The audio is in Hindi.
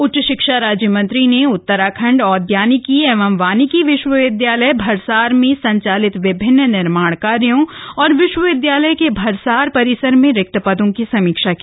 उच्च शिक्षा राज्य मंत्री ने उत्तराखंड औदयानिकी एवं वानिकी विश्वविद्यालय भरसार में संचालित विभिन्न निर्माण कार्यों और विश्वविद्यालय के भरसार परिसर में रिक्त पदों की समीक्षा की